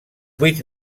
vuit